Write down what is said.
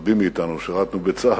רבים מאתנו שירתנו בצה"ל,